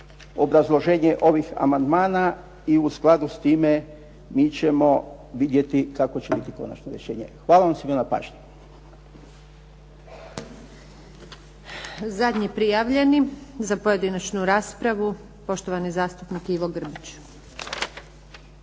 obrazloženje ovih amandmana i u skladu s time mi ćemo vidjeti kako će biti konačno rješenje. Hvala vam svima na pažnji.